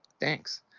Thanks